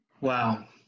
wow